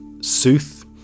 sooth